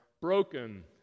broken